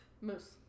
Moose